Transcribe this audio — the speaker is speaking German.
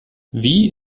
wie